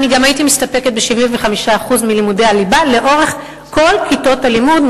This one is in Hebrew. אני הייתי מסתפקת ב-75% מלימודי הליבה לאורך כל כיתות הלימוד,